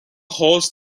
holds